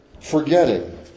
forgetting